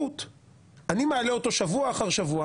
גנבתם לי מכסה ועכשיו אני מבקש להעלות נושא לסדר היום